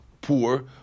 poor